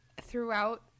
throughout